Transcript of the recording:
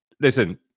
listen